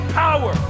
power